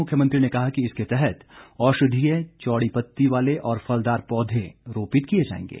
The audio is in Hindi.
मुख्यमंत्री ने कहा कि इसके तहत औषधीय चौड़ी पत्ती वाले और फलदार पौधे रोपित किए जाएंगे